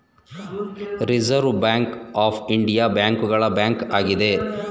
reserve bank of India ಬ್ಯಾಂಕುಗಳ bank ಆಗಿದೆ